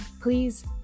Please